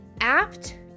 apt